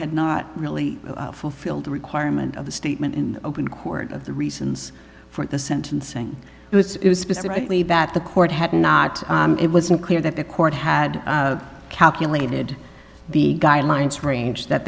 had not really fulfilled the requirement of the statement in open court of the reasons for the sentencing because it was specifically that the court had not it wasn't clear that the court had calculated the guidelines range that